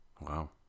wow